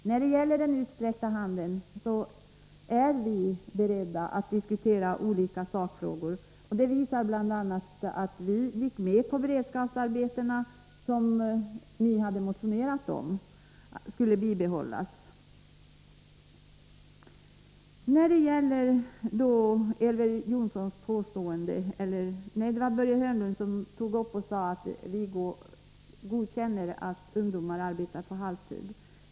När det gäller den utsträckta handen är vi beredda att diskutera olika sakfrågor. Det visas bl.a. av att vi gick med på att beredskapsarbetena skulle bibehållas, som ni hade motionerat om. Börje Hörnlund sade att vi godkänner att ungdomar arbetar på halvtid.